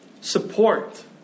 Support